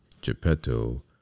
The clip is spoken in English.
Geppetto